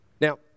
Now